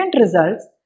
results